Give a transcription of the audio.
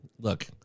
Look